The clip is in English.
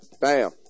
bam